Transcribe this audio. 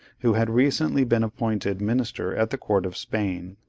who had recently been appointed minister at the court of spain,